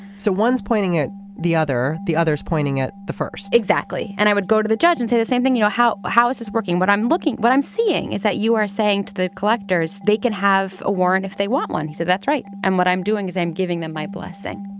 so one's pointing at the other the others pointing at the first. exactly. and i would go to the judge and say the same thing you know how. how is this working what i'm looking what i'm seeing is that you are saying to the collectors they can have a warrant if they want one. he said that's right and what i'm doing is i'm giving them my blessing